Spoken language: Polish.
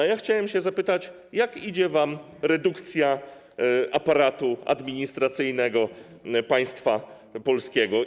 A ja chciałem się zapytać, jak idzie wam redukcja aparatu administracyjnego państwa polskiego.